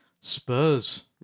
Spurs